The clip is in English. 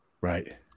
right